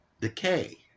decay